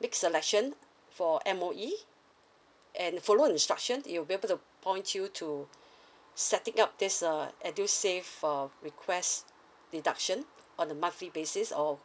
make selection for M_O_E and follow instruction it'll be able to point you to setting up this uh edusave uh request deduction on the monthly basis or